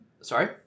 sorry